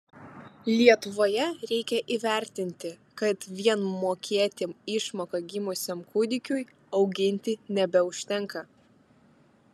lietuvoje reikia įvertinti kad vien mokėti išmoką gimusiam kūdikiui auginti nebeužtenka